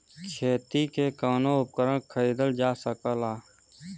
खेती के कउनो उपकरण खरीदल जा सकला